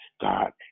God